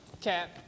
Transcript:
Cap